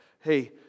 Hey